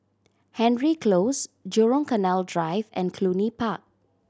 Hendry Close Jurong Canal Drive and Cluny Park